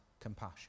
compassion